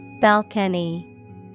Balcony